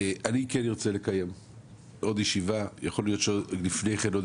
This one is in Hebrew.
אני כן ארצה לקיים עוד ישיבה - יכול להיות שלפני כן נקיים עוד